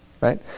right